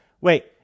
Wait